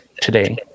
today